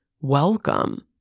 welcome